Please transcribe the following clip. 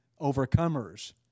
overcomers